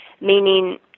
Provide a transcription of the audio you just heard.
meaning